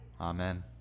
Amen